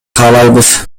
каалайбыз